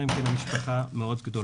אלא אם כן זו משפחה מאוד גדולה.